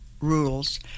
Rules